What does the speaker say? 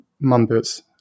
members